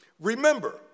Remember